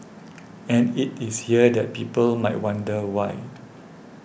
and it is here that people might wonder why